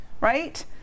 Right